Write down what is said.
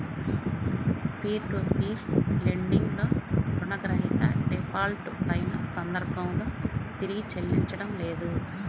peer to peer lending లో రుణగ్రహీత default అయిన సందర్భంలో తిరిగి చెల్లించడం లేదు